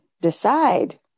decide